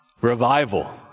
revival